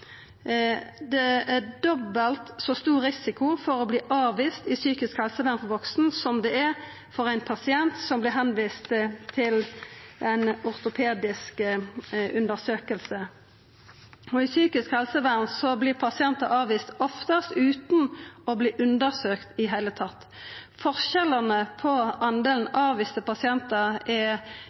Det er dobbelt så stor risiko for å verta avvist i psykisk helsevern for ein vaksen som det er for ein pasient som vert tilvist til ei ortopedisk undersøking. I psykisk helsevern vert pasientar avviste oftast utan å verta undersøkte i det heile. Forskjellane på delen av avviste pasientar